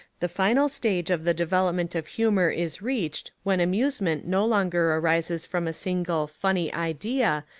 the final stage of the development of humour is reached when amusement no longer arises from a single funny idea,